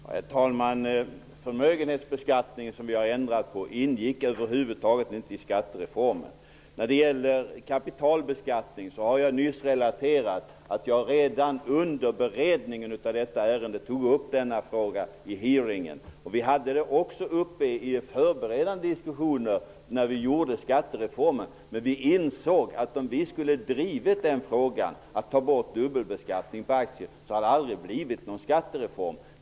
Herr talman! Förmögenhetsbeskattningen, som vi har ändrat på, ingick över huvud taget inte i skattereformen. Jag har nyss relaterat att jag redan under beredningen av detta ärende tog upp frågan om kapitalbeskattningen i en utfrågning. Vi hade den också uppe i förberedande diskussioner när vi utarbetade skattereformen. Men vi insåg att om vi skulle ha drivit frågan att dubbelbeskattning på aktier skall tas bort, hade det aldrig blivit någon skattereform.